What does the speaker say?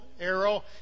arrow